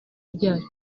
ryacu